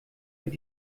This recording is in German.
wird